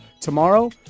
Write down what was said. Tomorrow